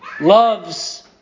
loves